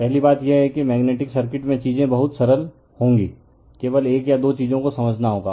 पहली बात यह है कि मेग्नेटिक सर्किट में चीजें बहुत सरल होंगी केवल एक या दो चीजों को समझना होगा